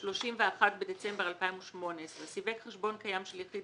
כ"ג בטבת התשע"ט (31 בדצמבר 2018) סיווג חשבון קיים של יחיד